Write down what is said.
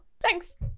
Thanks